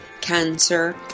Cancer